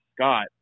Scott